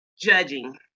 judging